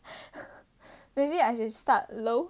maybe I should start low